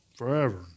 Forever